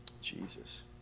Jesus